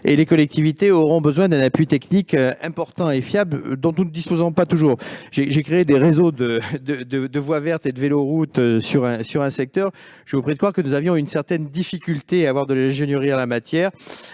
les collectivités auront besoin d'un appui technique important et fiable, dont elles ne disposent pas toujours. J'ai créé des réseaux de voies vertes et de véloroute sur un secteur, et je vous prie de croire que nous avons rencontré des difficultés pour bénéficier d'ingénierie en la matière.